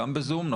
גם בזום,